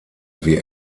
wie